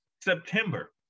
September